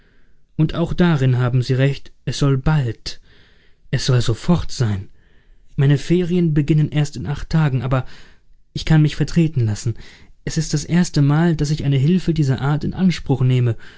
und auch darin haben sie recht es soll bald es soll sofort sein meine ferien beginnen erst in acht tagen aber ich kann mich vertreten lassen es ist das erste mal daß ich eine hilfe dieser art in anspruch nehme